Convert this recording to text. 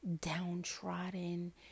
downtrodden